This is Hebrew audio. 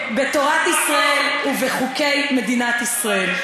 בתורת ישראל, ובחוקי מדינת ישראל.